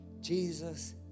Jesus